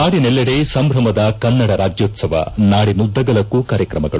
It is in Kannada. ನಾಡಿನೆಲ್ಲೆಡೆ ಸಂಭ್ರಮದ ಕನ್ನಡ ರಾಜ್ಣೋತ್ಸವ ನಾಡಿನುದ್ದಗಲಕ್ಕೂ ಕಾರ್ಕ್ರಮಗಳು